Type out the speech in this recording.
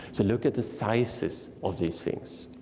so look at the sizes of these things.